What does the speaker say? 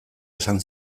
esan